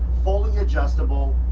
fully adjustable,